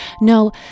No